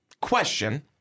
question